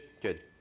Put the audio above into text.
good